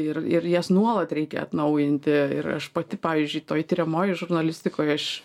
ir ir jas nuolat reikia atnaujinti ir aš pati pavyzdžiui toj tiriamojoj žurnalistikoj aš